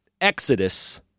exodus